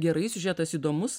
gerai siužetas įdomus